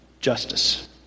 justice